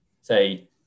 say